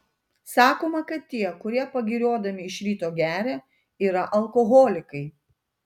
sakoma kad tie kurie pagiriodami iš ryto geria yra alkoholikai